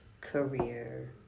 career